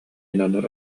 мин